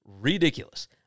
ridiculous